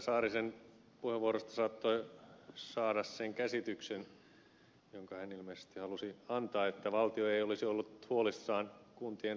saarisen puheenvuorosta saattoi saada sen käsityksen jonka hän ilmeisesti halusi antaa että valtio ei olisi ollut huolissaan kuntien rahoitushuollosta